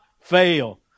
fail